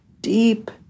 deep